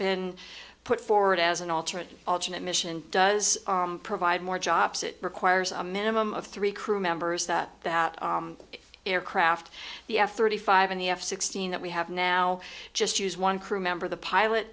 been put forward as an alternative alternate mission does provide more jobs it requires a minimum of three crew members that that aircraft the f thirty five and the f sixteen that we have now just use one crewmember the pilot